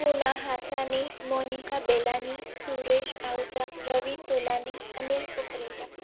Poona Hasani Monika Belani Suresh Ahuja Ravi Tolani Anil Kukreja